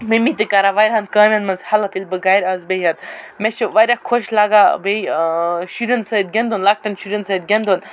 مِمی تہِ کران واریاہَن کامٮ۪ن منٛز ہٮ۪لٕپ ییٚلہِ بہٕ گَرِ آسہٕ بِہِتھ مےٚ چھِ واریاہ خۄش لَگان بیٚیہِ شُرٮ۪ن سۭتۍ گِنٛدُن لۄکٹٮ۪ن شُرٮ۪ن سۭتۍ گِنٛدُن